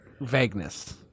vagueness